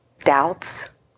doubts